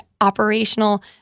operational